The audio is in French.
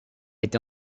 été